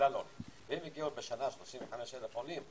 אם הגיעו בשנה 35,000 עולים,